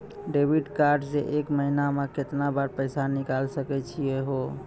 Debit card से एक महीना मा केतना बार पैसा निकल सकै छि हो?